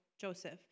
Joseph